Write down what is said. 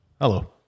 Hello